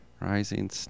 rising